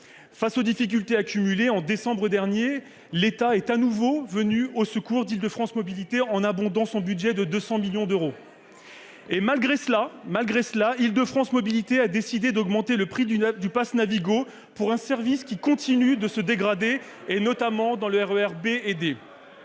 face aux difficultés accumulées, l'État est de nouveau venu au secours d'Île-de-France Mobilités, en abondant son budget de 200 millions d'euros. Malgré cela, Île-de-France Mobilités a décidé d'augmenter le prix du passe Navigo pour un service qui continue de se dégrader, notamment pour les RER B